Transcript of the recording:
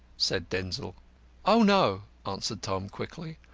said denzil oh, no, answered tom, quickly.